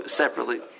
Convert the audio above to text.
separately